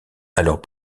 alors